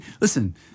listen